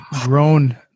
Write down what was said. grown